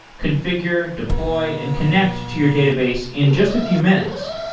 configure, deploy, and connect to your database in just a few minutes.